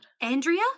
Andrea